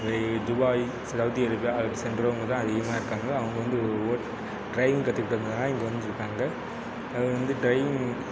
Dubai Saudi Arabia அதுக்கு சென்றவங்க தான் அதிகமாக இருக்காங்க அவங்க வந்து டிரைவிங் கற்றுக்கிட்டதுனால இங்கே வந்து இருக்காங்க அவங்க வந்து டிரைவிங்